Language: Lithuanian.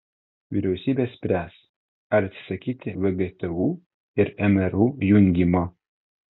vyriausybė spręs ar atsisakyti vgtu ir mru jungimo